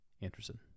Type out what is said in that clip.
Anderson